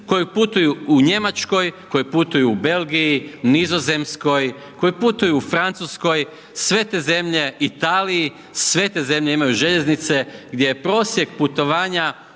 koji putuju u Njemačkoj, koji putuju u Belgiji, Nizozemskoj, koji putuju u Francuskoj, sve te zemlje, Italiji, sve te zemlje imaju željeznice, gdje je prosjek putovanja